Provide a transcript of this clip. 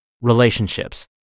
Relationships